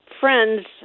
friends